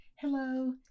hello